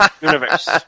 Universe